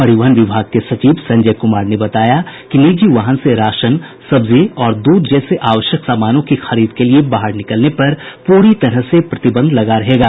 परिवहन विभाग के सचिव संजय कुमार ने बताया कि निजी वाहन से राशन सब्जी और दूध जैसे आवश्यक सामानों की खरीद के लिए बाहर निकलने पर पूरी तरह से प्रतिबंध लगा दिया गया है